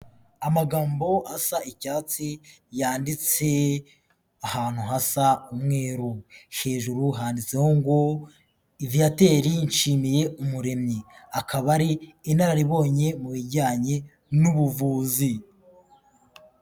Amagambo asa icyatsi yanditse ahantu hasa umweru, hejuru handitseho ngo Viateur Nshimiyimuremyi, akaba ari inararibonye mu bijyanye n'ubuvuzi.